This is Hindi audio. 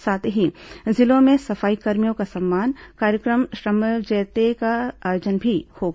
साथ ही जिलों में सफाईकर्मियों का सम्मान कार्यक्रम श्रमेव जयते का आयोजन भी होगा